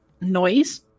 noise